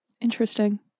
Interesting